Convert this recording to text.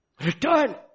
Return